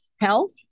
health